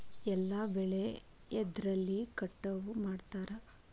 ಎಲ್ಲ ಬೆಳೆ ಎದ್ರಲೆ ಕಟಾವು ಮಾಡ್ತಾರ್?